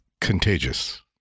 Contagious